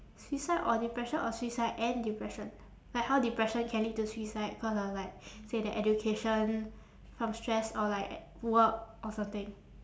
suicide or depression or suicide and depression like how depression can lead to suicide cause of like say that education from stress or like work or something